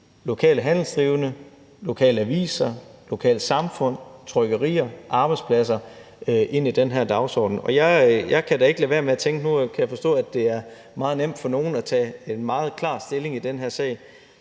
lokale handelsdrivende, lokale aviser, lokalsamfund, trykkerier og arbejdspladser i den her dagsorden. Nu kan jeg forstå, at det er meget nemt for nogle at tage en meget klar stilling i den her sag,